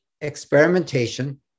experimentation